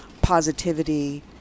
positivity